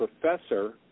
professor